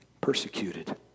persecuted